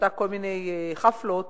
שעשה כל מיני חאפלות,